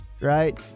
right